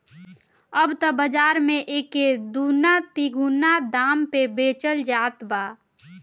अब त बाज़ार में एके दूना तिगुना दाम पे बेचल जात बा